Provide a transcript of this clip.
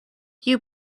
you